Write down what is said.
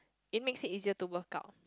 it makes it easier to work out